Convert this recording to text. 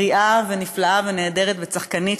בריאה ונפלאה ונהדרת וצחקנית,